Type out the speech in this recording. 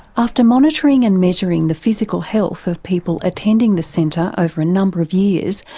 after monitoring and measuring the physical health of people attending the centre over a number of years,